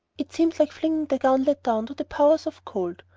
it seems like flinging the gauntlet down to the powers of cold.